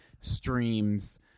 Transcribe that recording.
streams